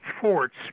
forts